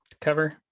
cover